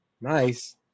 Nice